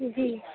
جی